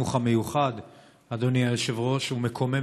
אדוני היושב-ראש, מפריעים